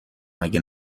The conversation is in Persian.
مگه